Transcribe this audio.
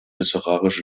literarisch